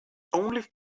only